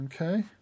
Okay